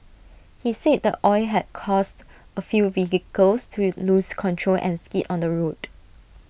he said the oil had caused A few vehicles to lose control and skid on the road